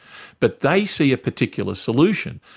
but they see a particular solution.